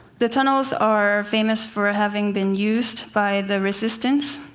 the tunnels are famous for ah having been used by the resistance,